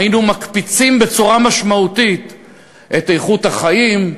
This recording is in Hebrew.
היינו מקפיצים בצורה משמעותית את איכות החיים,